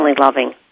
loving